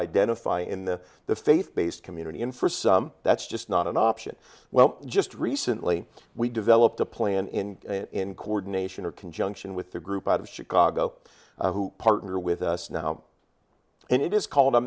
identify in the the faith based community and for some that's just not an option well just recently we developed a plan in in coordination or conjunction with the group out of chicago who partner with us now and it is called a